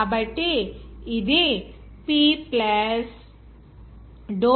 కాబట్టి ఇది PPy